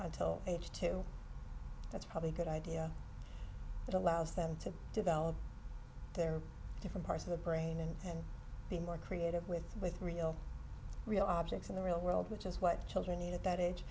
until age two that's probably a good idea that allows them to develop different parts of the brain and be more creative with with real real objects in the real world which is what children need at that age